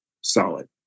solid